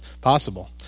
possible